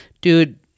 dude